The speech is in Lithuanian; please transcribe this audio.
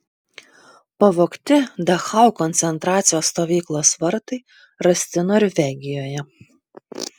pavogti dachau koncentracijos stovyklos vartai rasti norvegijoje